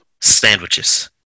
Sandwiches